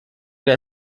der